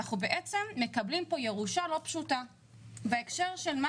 אנחנו בעצם מקבלים פה ירושה לא פשוטה בהקשר של מה